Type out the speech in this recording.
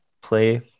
play